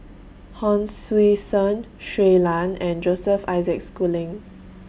Hon Sui Sen Shui Lan and Joseph Isaac Schooling